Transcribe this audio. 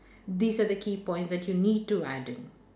these are the key points that you need to add in